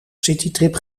citytrip